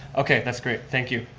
okay, that's great, thank you.